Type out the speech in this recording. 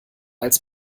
als